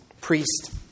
priest